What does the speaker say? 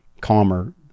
calmer